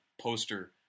poster